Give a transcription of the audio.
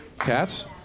Cats